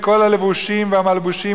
מכל הלבושים והמלבושים,